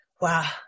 Wow